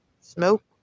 smoke